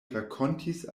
rakontis